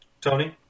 Tony